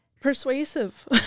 persuasive